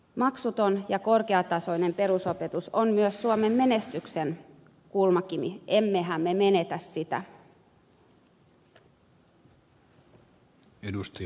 maksuton ja korkeatasoinen perusopetus on myös suomen menestyksen kulmakivi emmehän me menetä sitä